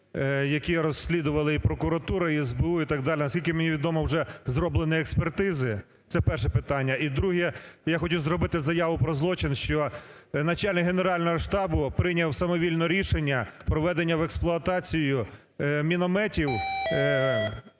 яке розслідували і прокуратура, і СБУ, і так далі. Наскільки мені відомо, вже зроблені експертизи. Це перше питання. І друге. Я хотів зробити заяву про злочин. Що начальник Генерального штабу прийняв самовільно рішення про введення в експлуатацію мінометів,